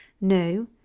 No